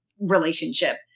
relationship